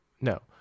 No